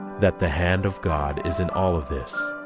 that the hand of god is in all of this.